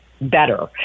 better